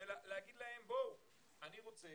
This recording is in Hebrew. ולומר להם שאתה רוצה